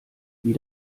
wie